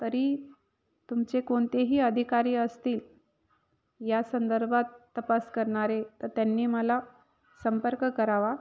तरी तुमचे कोणतेही अधिकारी असतील या संदर्भात तपास करणारे तर त्यांनी मला संपर्क करावा